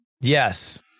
Yes